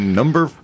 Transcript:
number